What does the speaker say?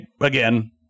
again